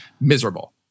miserable